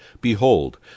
behold